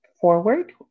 forward